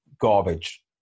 garbage